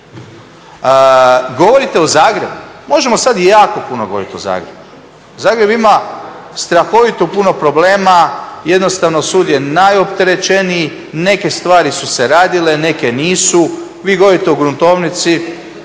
Govorite o Zagrebu, možemo sad jako puno govoriti o Zagrebu, Zagreb imam strahovito puno problema, jednostavno sud je najopterećeniji, neke stvari su se radile, neke nisu, vi govorite o gruntovnici,